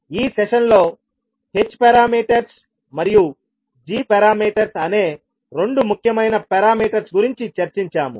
ఈ సెషన్లో h parameters మరియు g పారామీటర్స్ అనే రెండు ముఖ్యమైన పారామీటర్స్ గురించి చర్చించాము